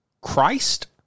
Christ